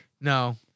No